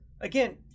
again